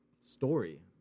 story